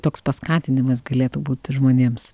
toks paskatinimas galėtų būt žmonėms